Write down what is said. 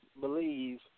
believe